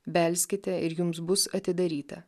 belskite ir jums bus atidaryta